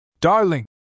Darling